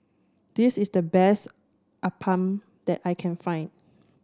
this is the best Appam that I can find